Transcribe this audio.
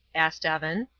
asked evan.